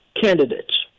candidates